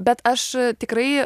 bet aš tikrai